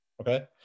Okay